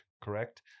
Correct